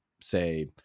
say